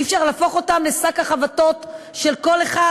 אי-אפשר להפוך אותם לשק החבטות של כל אחד